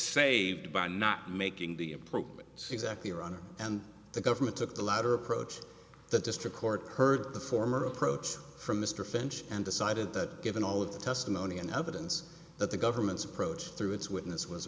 saved by not making the improvements exactly iran and the government took the latter approach that district court heard the former approach from mr finch and decided that given all of the testimony and evidence that the government's approach through its witness was